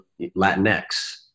Latinx